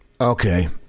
Okay